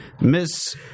miss